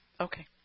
Okay